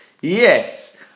Yes